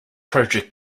project